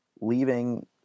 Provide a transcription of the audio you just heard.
Leaving